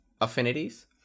affinities